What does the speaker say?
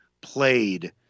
played